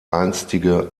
einstige